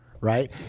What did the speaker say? Right